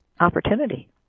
opportunity